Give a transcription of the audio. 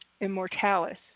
Immortalis